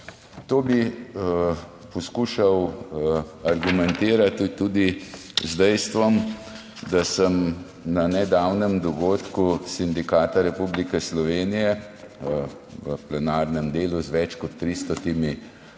To bi poskušal argumentirati tudi z dejstvom, da sem na nedavnem dogodku sindikata Republike Slovenije v plenarnem delu z več kot 300